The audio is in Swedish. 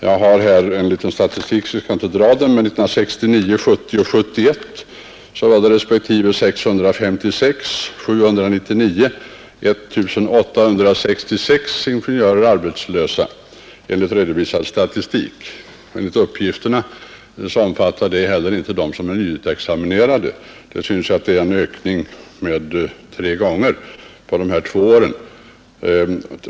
Jag har här en liten statistik. Jag skall inte dra den, men 1969, 1970 och 1971 var respektive 656, 799 och 1 866 ingenjörer arbetslösa enligt redovisad statistik. Då är de nyexaminerade inte inräknade. Det syns att arbetslösheten har tredubblats under dessa två år.